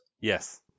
Yes